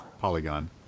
Polygon